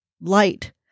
light